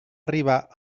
arribar